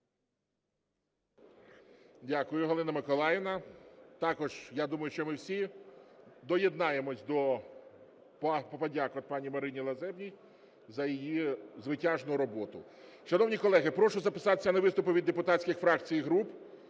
Дякую, Галина Миколаївна. Також я думаю, що ми всі доєднаємось до подяки Марині Лазебній за її звитяжну роботу. Шановні колеги, прошу записатися на виступи від депутатських фракцій і груп,